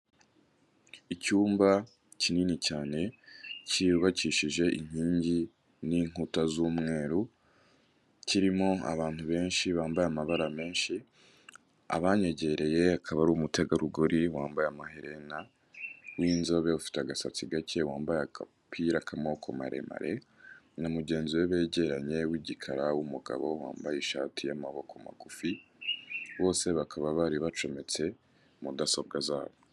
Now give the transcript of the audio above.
Icyumba kinini cyane cyubakishije inkingi n'inkuta z'umweru kirimo abantu benshi bambaye amabara menshi abanyegereye hakaba hari umutegarugori wambaye amaherena w'inzobe ufite agasatsi gake wambaye agapira kamaboko maremare na mugenzi we begeranye w'igikara w'umugabo wambaye ishati y'amaboko magufi bose bakaba bari bacometse mudasobwa zabo.